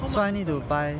how much is your laptop